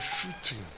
shooting